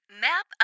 Map